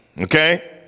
Okay